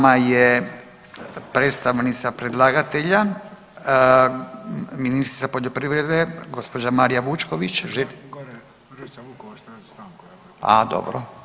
Sa nama je predstavnica predlagatelja ministrica poljoprivrede gospođa Marija Vučković. … [[Upadica Bukarica, ne čuje se.]] A dobro.